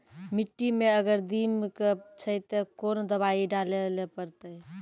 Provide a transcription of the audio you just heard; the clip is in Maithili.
मिट्टी मे अगर दीमक छै ते कोंन दवाई डाले ले परतय?